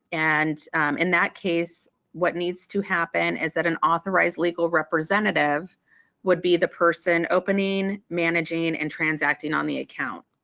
and in that case what needs to happen is that an authorized legal representative would be the person opening managing and trans acting on the account.